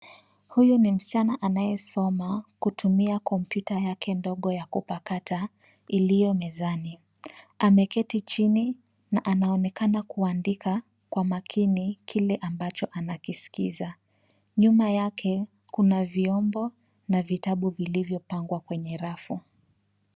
Huyu ni msichana anayesoma kutumia kompyuta yake ndogo ya kupakata iliyo mezani. Ameketi chini na anaonekana kuandika kwa makini kile ambacho anakiskiza. Nyuma yake, kuna vyombo na vitabu vilivyopangwa kwenye rafu.